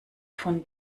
von